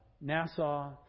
Nassau